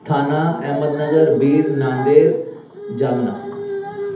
Thane Ahmednagar Beed Nanded Jalna